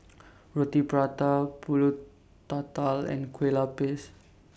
Roti Prata Pulut Tatal and Kueh Lapis